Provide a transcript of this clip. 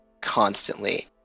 constantly